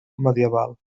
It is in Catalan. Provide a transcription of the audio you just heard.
medieval